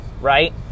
right